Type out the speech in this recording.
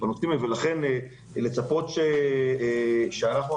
לצפות שאנחנו,